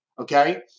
okay